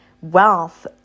wealth